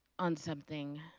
on something.